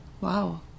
Wow